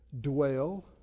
dwell